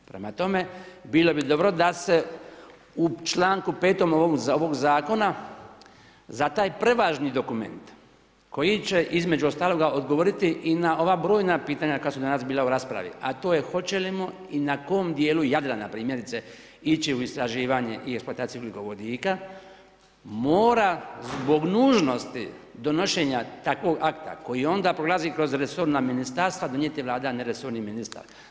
Prema tome, bilo bi dobro da se u članku 5. ovoga zakona za taj prevažni dokument koji će između ostaloga odgovoriti i na ova brojna pitanja koja su danas bila u raspravi, a to je hoćemo li na kom dijelu Jadrana primjerice ići u istraživanje i eksploataciju ugljikovodika, mora zbog nužnosti donošenja takvog akta koji onda prolazi kroz resorna ministarstva donijeti Vlada a ne resorni ministar.